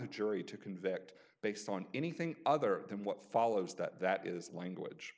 the jury to convict based on anything other than what follows that that is language